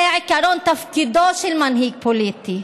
זה בעיקרון תפקידו של מנהיג פוליטי,